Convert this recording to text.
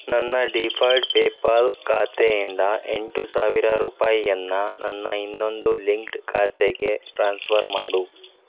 ನನ್ನ default PayPal ಖಾತೆಯಿಂದ ಎಂಟು ಸಾವಿರ ರೂಪಾಯಿಯನ್ನ ನನ್ನ ಇನ್ನೊಂದು ಲಿಂಕ್ಡ್ ಖಾತೆಗೆ ಟ್ರಾನ್ಸ್ಫರ್ ಮಾಡು